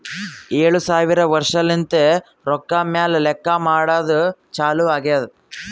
ಏಳು ಸಾವಿರ ವರ್ಷಲಿಂತೆ ರೊಕ್ಕಾ ಮ್ಯಾಲ ಲೆಕ್ಕಾ ಮಾಡದ್ದು ಚಾಲು ಆಗ್ಯಾದ್